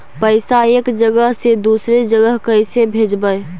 पैसा एक जगह से दुसरे जगह कैसे भेजवय?